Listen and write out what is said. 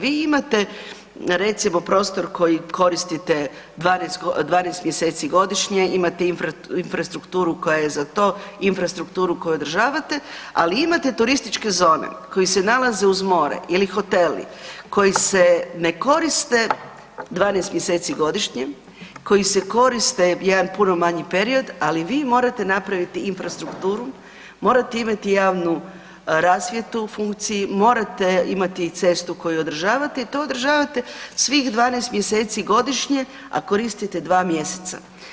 Vi imate recimo prostor koji koristite 12 mjeseci godišnje, imate infrastrukturu koja je za to, infrastrukturu koju održavate, ali imate i turističke zone koje se nalaze uz more ili hoteli koji se ne koriste 12 mjeseci godišnje, koji se koriste jedan puno manji period, ali vi morate napraviti infrastrukturu, morate imati javnu rasvjetu u funkciji, morate imate i cestu koju održavate i to održavate svih 12 mjeseci godišnje, a koristite 2 mjeseca.